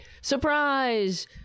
surprise